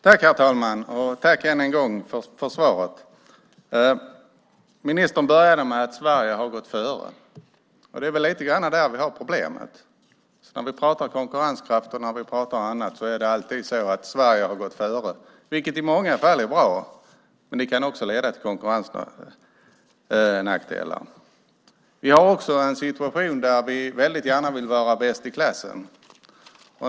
Herr talman! Jag tackar än en gång ministern för svaret. Ministern började med att Sverige har gått före. Det är väl lite grann där vi har problemet. När vi pratar om konkurrenskraft och annat är det alltid så att Sverige har gått före, vilket i många fall är bra. Men det kan också leda till konkurrensnackdelar. Vi vill väldigt gärna vara bäst i klassen.